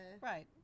Right